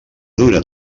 dura